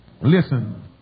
Listen